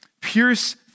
Pierce